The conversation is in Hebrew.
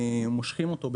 מושכים אותו,